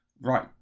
Right